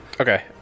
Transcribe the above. okay